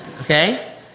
okay